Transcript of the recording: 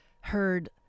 heard